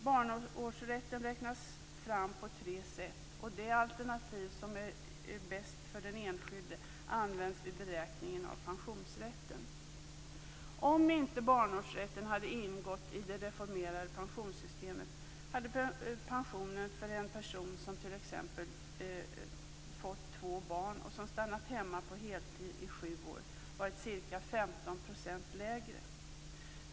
Barnårsrätten räknas fram på tre sätt, och det alternativ som är bäst för den enskilde används vid beräkningen av pensionsrätten. Om inte barnårsrätten hade ingått i det reformerade pensionssystemet hade pensionen för en person som t.ex. fått två barn och stannat hemma på heltid i sju år varit ca 15 % lägre.